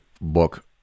book